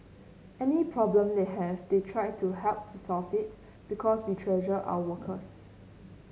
any problem they have they try to help to solve it because we treasure our workers